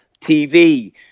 TV